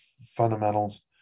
fundamentals